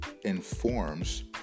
informs